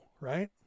right